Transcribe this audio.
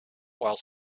while